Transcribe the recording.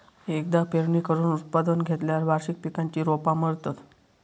एकदा पेरणी करून उत्पादन घेतल्यार वार्षिक पिकांची रोपा मरतत